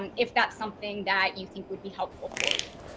um if that's something that you think would be helpful for you.